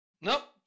Nope